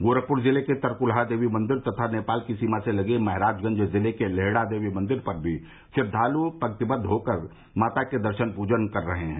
गोरखपुर जिले के तरकुलहा देवी मंदिर तथा नेपाल की सीमा से लगे महराजगंज जिले के लेहड़ा देवी मंदिर पर भी श्रद्वालु पंक्तिबद्द होकर माता के दर्शन पूजन कर रहे हैं